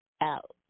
out